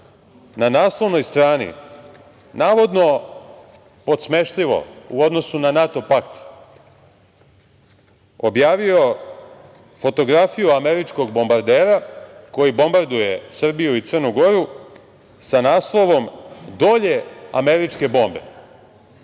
na naslovnoj strani navodno podsmešljivo u odnosu na NATO pakt objavio fotografiju američkog bombardera koji bombarduje Srbiju i Crnu Goru sa naslovom „Dolje američke bombe“.